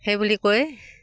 সেই বুলি কৈ